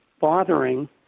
bothering